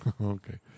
Okay